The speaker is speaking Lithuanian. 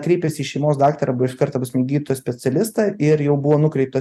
kreipėsi į šeimos daktarą arba iš karto ta prasme gydytoją specialistą ir jau buvo nukreiptas